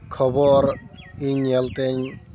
ᱠᱷᱚᱵᱚᱨ ᱤᱧ ᱧᱮᱞ ᱛᱤᱧ